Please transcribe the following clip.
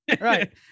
right